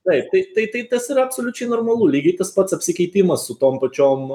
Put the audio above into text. taip tai tai tas yra absoliučiai normalu lygiai tas pats apsikeitimas su tom pačiom